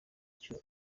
icyo